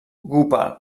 ocupa